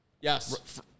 yes